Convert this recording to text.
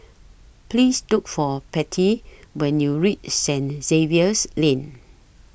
Please Look For Pattie when YOU REACH Saint Xavier's Lane